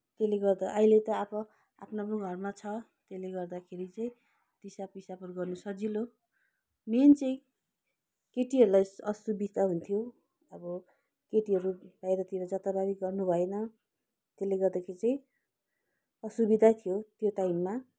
त्यसले गर्दा अहिले त अब आफ्नो आफ्नो घरमा छ त्यसले गर्दाखेरि चाहिँ दिसापिसाबहरू गर्नु सजिलो मेन चाहिँ केटीहरूलाई असुबिस्ता हुन्थ्यो अब केटीहरू बाहिरतिर जताभावी गर्नुभएन त्यसले गर्दाखेरि चाहिँ असुविधै थियो त्यो टाइममा